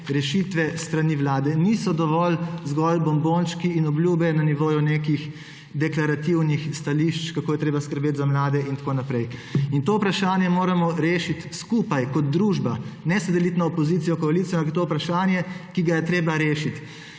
rešitve s strani Vlade. Niso dovolj zgolj bombončki in obljube na nivoju nekih deklarativnih stališč, kako je treba skrbeti za mlade. To vprašanje moramo rešiti skupaj kot družba, ne se deliti na opozicijo, koalicijo. To je vprašanje, ki ga je treba rešiti.